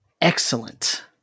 Excellent